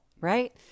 right